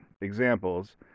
examples